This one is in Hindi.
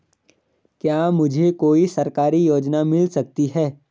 क्या मुझे कोई सरकारी योजना मिल सकती है?